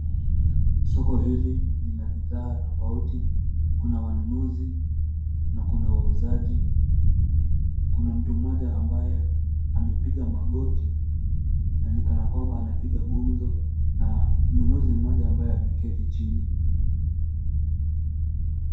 Soko hili lina bidhaa tofauti, kuna wanunuzi na kuna wauzaji. Kuna mtu mmoja ambaye amepiga magoti na ni kana kwamba anapiga gumzo na mnunuzi mmoja ambaye ameketi chini.